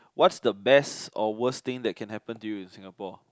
what's the best or worst thing that can happen to you in Singapore